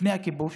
לפני הכיבוש.